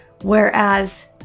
whereas